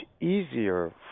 easier